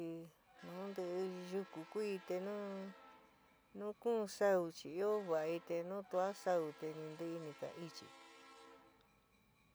nu ntiɨ yuku kuí te nu nu kuún saú chi ɨó va'ɨ, te nu tuaá saú te ni ntɨɨ ni ka ichɨ.